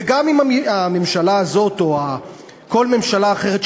וגם אם הממשלה הזאת או כל ממשלה אחרת שתהיה,